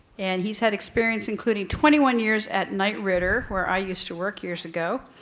and he's had experience including twenty one years at knight ridder where i used to work years ago.